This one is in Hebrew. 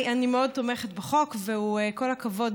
אני מאוד תומכת בחוק וכל הכבוד,